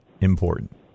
important